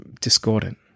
discordant